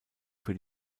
für